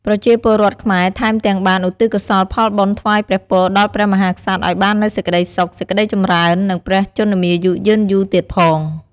ប្រជាពលរដ្ឋខ្មែរថែមទាំងបាន ឧទ្ទិសកុសលផលបុណ្យថ្វាយព្រះពរដល់ព្រះមហាក្សត្រឲ្យបាននូវសេចក្ដីសុខ សេចក្ដីចម្រើន និងព្រះជន្មាយុយឺនយូរទៀតផង។